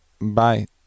Bye